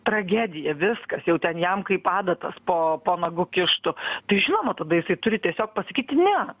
tragedija viskas jau ten jam kaip adatas po po nagu kištų tai žinoma tada jisai turi tiesiog pasakyti ne